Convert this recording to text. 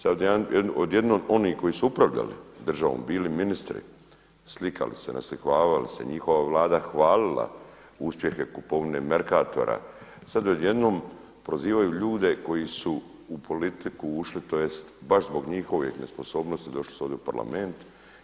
Sada odjednom oni koji su upravljali državom bili ministri, slikali se, naslikavali se, njihova Vlada hvalila uspjehe kupovine Mercatora, sada odjednom prozivaju ljude koji su u politiku ušli tj. baš zbog njihove nesposobnosti došli su ovdje u Parlament.